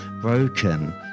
broken